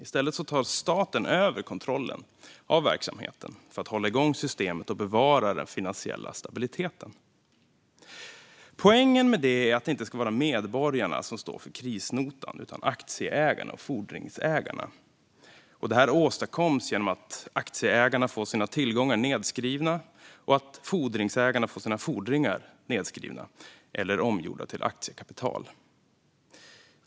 I stället tar staten över kontrollen av verksamheten för att hålla igång systemet och bevara den finansiella stabiliteten. Poängen med detta är att det inte ska vara medborgarna som står för krisnotan, utan det ska aktieägarna och fordringsägarna göra. Det här åstadkoms genom att aktieägarna får sina tillgångar nedskrivna och fordringsägarna får sina fordringar nedskrivna eller omgjorda till aktiekapital.